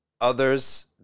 others